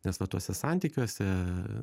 nes na tuose santykiuose